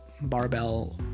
barbell